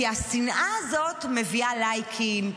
כי השנאה הזאת מביאה לייקים,